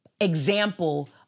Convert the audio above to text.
example